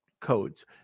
codes